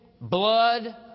blood